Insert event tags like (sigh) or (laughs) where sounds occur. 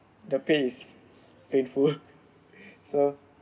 the pay is painful (laughs) so